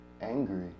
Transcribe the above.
angry